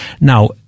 Now